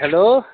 hello